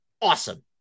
Awesome